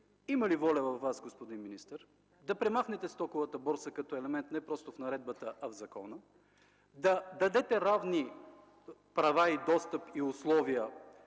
има ли воля във Вас, господин министър, да премахнете стоковата борса като елемент не просто в наредбата, а в закона, да дадете равни права, достъп и условия